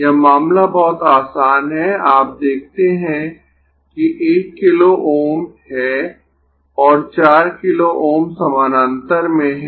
यह मामला बहुत आसान है आप देखते है कि 1 किलो Ω है और 4 किलो Ω समानांतर में है